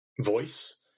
voice